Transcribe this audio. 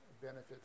benefit